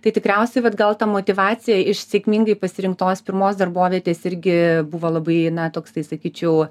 tai tikriausiai vat gal ta motyvacija iš sėkmingai pasirinktos pirmos darbovietės irgi buvo labai na toksai sakyčiau